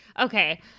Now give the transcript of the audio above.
Okay